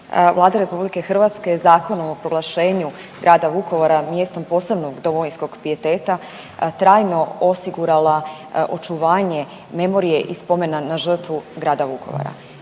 Vlada RH je Zakonom o proglašenju grada Vukovara mjestom posebnog domovinskog pijeteta trajno osigurala očuvanje memorije i spomena na žrtvu grada Vukovara.